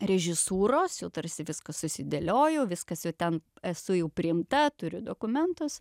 režisūros jau tarsi viską susidėlioju viskas jau ten esu jau priimta turiu dokumentus